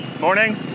Morning